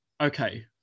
okay